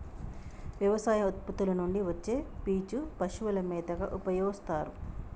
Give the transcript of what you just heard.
వ్యవసాయ ఉత్పత్తుల నుండి వచ్చే పీచు పశువుల మేతగా ఉపయోస్తారు